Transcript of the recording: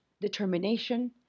determination